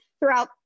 throughout